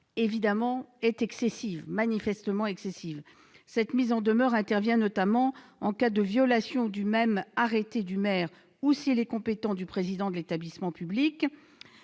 département est manifestement excessive. Cette mise en demeure intervient notamment en cas de violation du même arrêté du maire ou, s'il est compétent, du président de l'établissement public.